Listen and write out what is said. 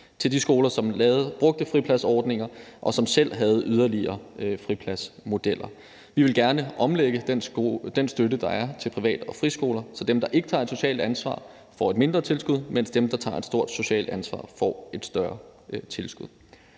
til de skoler, som brugte fripladsordninger, og som selv havde yderligere fripladsmodeller. Vi ville gerne omlægge den støtte, der er, til privat- og friskoler, så dem, der ikke tager et socialt ansvar, får et mindre tilskud, mens dem, der tager et stort socialt ansvar, får et større tilskud.